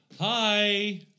Hi